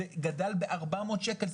זה גדל ב-400 שקל,